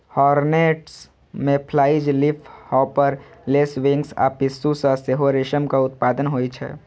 hornets, mayflies, leafhopper, lacewings आ पिस्सू सं सेहो रेशमक उत्पादन होइ छै